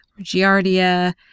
Giardia